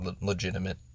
legitimate